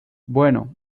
bueno